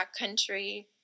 backcountry